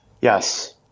Yes